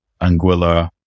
Anguilla